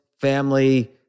family